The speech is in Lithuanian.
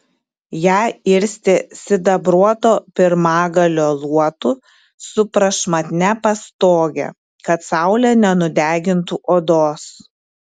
ją irstė sidabruoto pirmagalio luotu su prašmatnia pastoge kad saulė nenudegintų odos